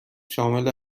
شامل